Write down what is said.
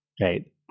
right